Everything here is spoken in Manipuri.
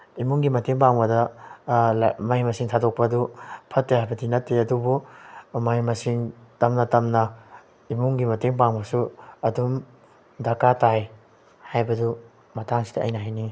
ꯏꯃꯨꯡꯒꯤ ꯃꯇꯦꯡ ꯄꯥꯡꯕꯗ ꯃꯍꯩ ꯃꯁꯤꯡ ꯊꯥꯗꯣꯛꯄꯗꯨ ꯐꯠꯇꯦ ꯍꯥꯏꯕꯗꯤ ꯅꯠꯇꯦ ꯑꯗꯨꯕꯨ ꯃꯍꯩ ꯃꯁꯤꯡ ꯇꯝꯅ ꯇꯝꯅ ꯏꯃꯨꯡꯒꯤ ꯃꯇꯦꯡ ꯄꯥꯡꯕꯁꯨ ꯑꯗꯨꯝ ꯗꯔꯀꯥꯔ ꯇꯥꯏ ꯍꯥꯏꯕꯗꯨ ꯃꯇꯥꯡꯁꯤꯗ ꯑꯩꯅ ꯍꯥꯏꯅꯤꯡꯉꯤ